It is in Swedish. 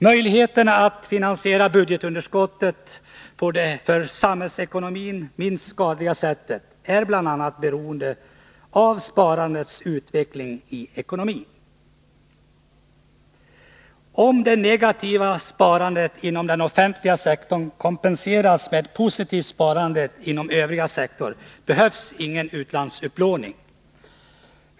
Möjligheterna att finansiera budgetunderskottet på det för samhällsekonomin minst skadliga sättet är bl.a. beroende av sparandets utveckling i ekonomin. Om det negativa sparandet inom den offentliga sektorn kompenseras med positivt sparande inom övriga sektorer behövs ingen utlandsupplåning.